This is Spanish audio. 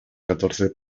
catorce